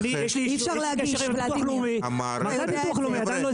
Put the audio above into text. יש לי קשר עם ביטוח לאומי -- אני יכול לענות?